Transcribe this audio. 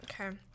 Okay